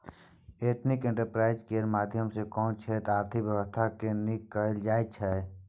ethnic enterprise केर माध्यम सँ कोनो क्षेत्रक आर्थिक बेबस्था केँ नीक कएल जा सकै छै